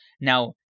Now